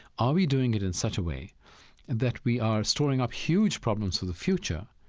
are we doing it in such a way that we are storing up huge problems for the future?